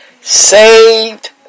saved